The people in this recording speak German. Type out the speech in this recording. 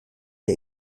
der